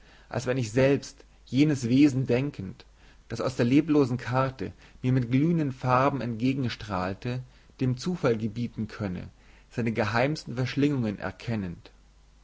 als wenn ich selbst jenes wesen denkend das aus der leblosen karte mir mit glühenden farben entgegenstrahlte dem zufall gebieten könne seine geheimsten verschlingungen erkennend